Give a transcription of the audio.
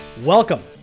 Welcome